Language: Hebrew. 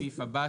הסעיף הבא,